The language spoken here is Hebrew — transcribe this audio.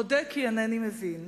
אודה כי אינני מבין.